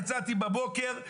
יצאתי בבוקר,